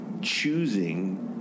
choosing